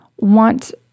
want